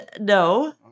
no